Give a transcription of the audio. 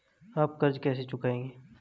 आप कर्ज कैसे चुकाएंगे?